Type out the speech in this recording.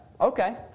okay